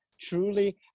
truly